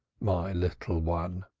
my little one,